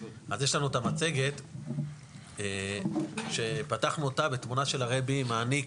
אז יש לנו את המצגת שפתחנו אותה בתמונה של הרבי מעניק.